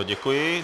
Děkuji.